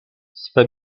swe